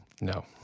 No